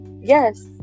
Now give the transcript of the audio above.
yes